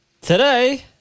today